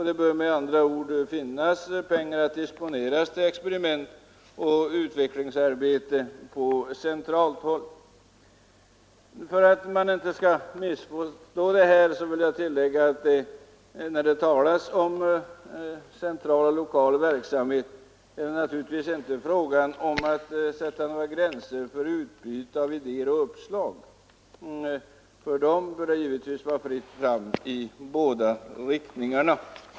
Det bör med andra ord finnas pengar att disponera för experiment och utvecklingsarbete på centralt håll. För att inga missförstånd skall uppkomma vill jag tillägga att när det talas om central och lokal verksamhet är det naturligtvis inte fråga om att sätta några gränser för utbyte av idéer och uppslag. För sådana bör det givetvis vara fritt fram i båda riktningarna.